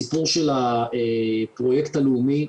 הסיפור של הפרויקט הלאומי,